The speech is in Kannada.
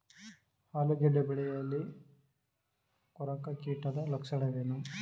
ಆಲೂಗೆಡ್ಡೆ ಬೆಳೆಯಲ್ಲಿ ಕೊರಕ ಕೀಟದ ಲಕ್ಷಣವೇನು?